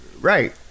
right